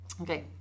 okay